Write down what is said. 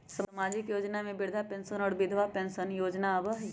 सामाजिक योजना में वृद्धा पेंसन और विधवा पेंसन योजना आबह ई?